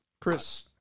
Chris